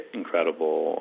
incredible